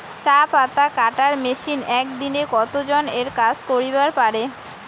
চা পাতা কাটার মেশিন এক দিনে কতজন এর কাজ করিবার পারে?